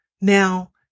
Now